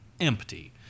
empty